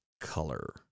color